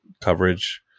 coverage